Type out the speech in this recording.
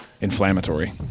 inflammatory